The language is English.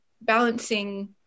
balancing